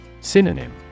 Synonym